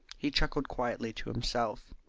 he chuckled quietly to himself.